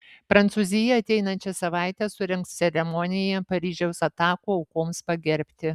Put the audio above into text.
prancūzija ateinančią savaitę surengs ceremoniją paryžiaus atakų aukoms pagerbti